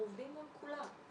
אנחנו עובדים מול כולם.